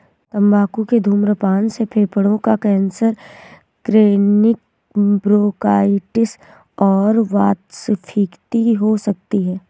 तंबाकू के धूम्रपान से फेफड़ों का कैंसर, क्रोनिक ब्रोंकाइटिस और वातस्फीति हो सकती है